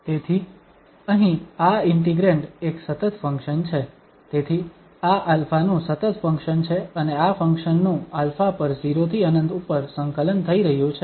તેથી અહીં આ ઇન્ટિગ્રેંડ એક સતત ફંક્શન છે તેથી આ α નું સતત ફંક્શન છે અને આ ફંક્શન નું α પર 0 થી ∞ ઉપર સંકલન થઈ રહ્યું છે